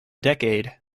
decade